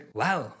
wow